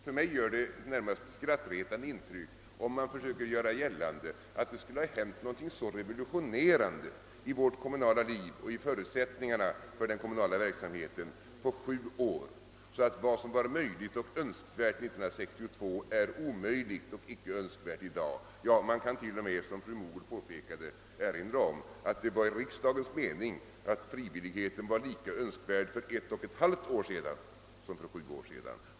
På mig gör det ett närmast skrattretande intryck, om man försöker göra gällande att det skulle ha inträffat någonting så revolutionerande i vårt kommunala liv och i förutsättningarna för den kommunala verksamheten på sju år, att vad som var möjligt och önskvärt 1962 är omöjligt och icke önskvärt i dag. Ja, man kan t.o.m., såsom fru Mogård påpekade, erinra om att det var riksdagens mening att frivilligheten var lika önskvärd för ett och ett halvt år sedan som för sju år sedan.